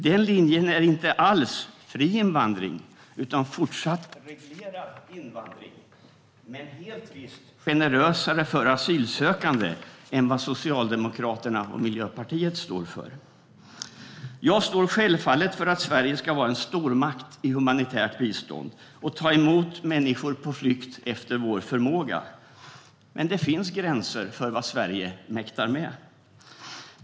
Den linjen är inte alls fri invandring utan fortsatt reglerad invandring men helt visst generösare för asylsökande än den Socialdemokraterna och Miljöpartiet står för. Jag står självfallet för att Sverige ska vara en stormakt i humanitärt bistånd och ta emot människor på flykt efter sin förmåga. Men det finns gränser för vad Sverige mäktar med.